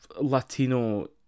Latino